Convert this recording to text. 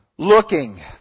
looking